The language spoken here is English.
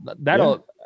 that'll